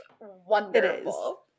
wonderful